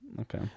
Okay